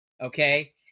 okay